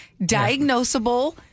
diagnosable